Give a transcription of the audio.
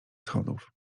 schodów